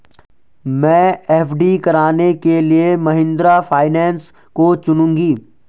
मैं एफ.डी कराने के लिए महिंद्रा फाइनेंस को चुनूंगी